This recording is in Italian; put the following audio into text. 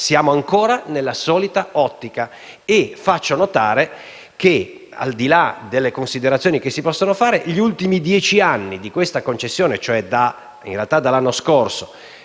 siamo ancora nella solita ottica. Faccio notare che, al di là delle considerazioni che si possono fare, gli ultimi dieci anni di questa concessione (cioè dall'anno scorso,